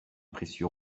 précieux